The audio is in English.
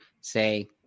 say